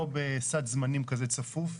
לא בסד זמנים כזה צפוף.